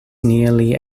nearly